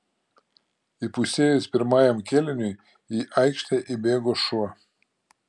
įpusėjus pirmajam kėliniui į aikštę įbėgo šuo